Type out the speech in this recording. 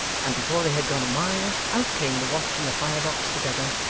and before they had gone a mile, out came the watch and the fire-box together,